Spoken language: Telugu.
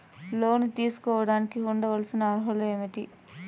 లోను తీసుకోడానికి ఉండాల్సిన అర్హతలు ఏమేమి?